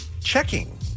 checking